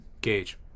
Gage